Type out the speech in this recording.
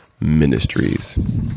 Ministries